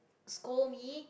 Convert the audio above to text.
scold me